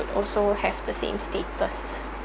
also have the same status